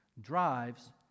drives